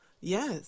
Yes